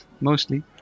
mostly